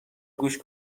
گوش